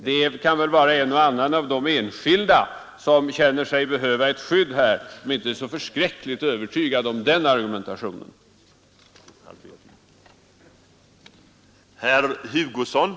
Det kan väl vara en och annan av de enskilda som känner sig behöva ett skydd, som inte är så förskräckligt övertygad om riktigheten av den argumentationen.